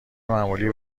معمولی